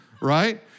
right